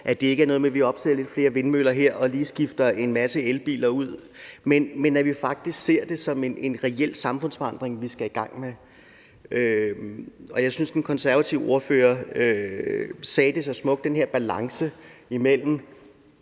Det skal ikke være noget med, at vi opsætter lidt flere vindmøller her og lige skifter ud til en masse elbiler, men vi skal faktisk se det som en reel samfundsforandring, vi skal i gang med. Jeg synes, den konservative ordfører sagde det så smukt, altså det med den her balance mellem